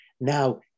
Now